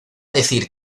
decir